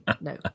no